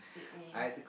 it me